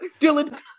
Dylan